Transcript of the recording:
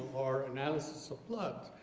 or analysis of blood.